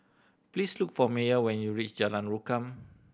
please look for Meyer when you reach Jalan Rukam